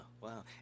wow